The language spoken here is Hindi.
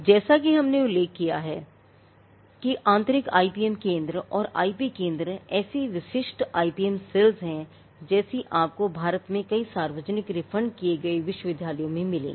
जैसा कि हमने उल्लेख किया है कि आंतरिक IPM केंद्र या IP केंद्र ऐसी विशिष्ट IPM cells हैं जैसी आपको भारत में कई सार्वजनिक रिफंड किए गए विश्वविद्यालयों में मिलेंगी